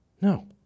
No